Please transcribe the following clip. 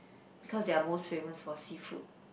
because they're most famous for seafood